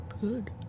Good